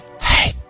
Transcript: Hey